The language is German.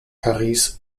paris